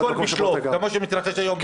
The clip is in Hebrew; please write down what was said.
לא הכול בשלוף, כמו שמתרחש היום.